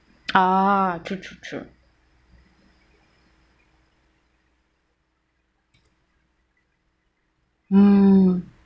ah true true true mm